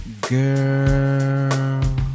girl